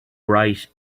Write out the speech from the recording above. right